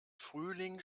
frühling